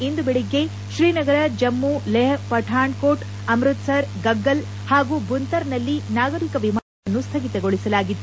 ಇಂದು ಬೆಳಗ್ಗೆ ಶ್ರೀನಗರ ಜಮ್ನು ಲೇಹ್ ಪಠಾಣ್ ಕೋಟ್ ಅಮೃತ್ಸರ್ ಗಗ್ಗಲ್ ಹಾಗೂ ಬುಂತರ್ನಲ್ಲಿ ನಾಗರಿಕ ವಿಮಾನಗಳ ಸಂಚಾರವನ್ನು ಸ್ವಗಿತಗೊಳಿಸಲಾಗಿತ್ತು